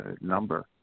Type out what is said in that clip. number